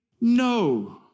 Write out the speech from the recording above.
No